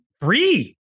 three